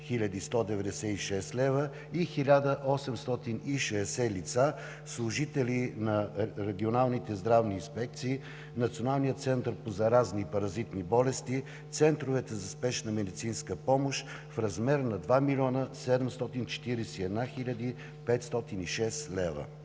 196 лв. и 1860 лица, служители на регионалните здравни инспекции, Националния център по заразни и паразитни болести, центровете за спешна медицинска помощ в размер на 2 млн. 741 хил. 506 лв.